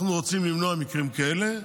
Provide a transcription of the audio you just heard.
אנחנו רוצים למנוע מקרים כאלה.